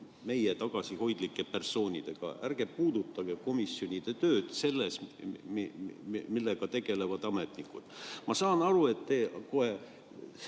meie tagasihoidlike persoonidega, ärge puudutage komisjonide tööd selles osas, millega tegelevad ametnikud. Ma saan aru, et te piirate